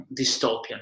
dystopian